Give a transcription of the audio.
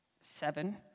Seven